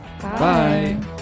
Bye